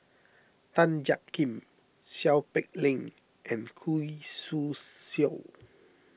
Tan Jiak Kim Seow Peck Leng and Khoo Swee Chiow